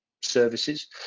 services